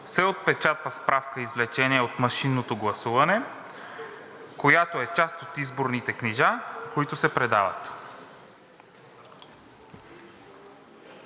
се отпечатва справка-извлечение от машинното гласуване, която е част от изборните книжа, които се предават“.